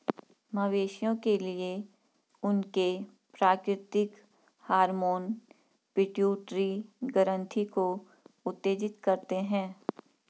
मवेशियों के लिए, उनके प्राकृतिक हार्मोन पिट्यूटरी ग्रंथि को उत्तेजित करते हैं